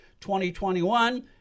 2021